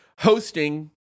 hosting